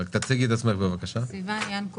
ואם תוכל לתת דוגמה מבחינת הפריסה, איפה זה נמצא.